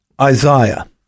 Isaiah